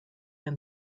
and